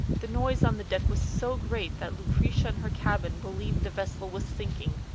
the noise on the deck was so great that lucretia in her cabin believed the vessel was sinking.